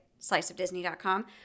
sliceofdisney.com